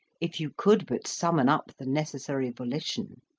if you could but summon up the necessary volition.